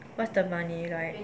what's the money like